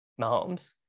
Mahomes